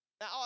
Now